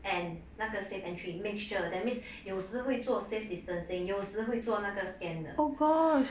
and 那个 safe entry mixture that means 有时会做 safe distancing 有时会做那个 scan 的